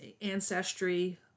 Ancestry